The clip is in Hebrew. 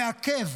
מעכב,